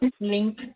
link